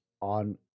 on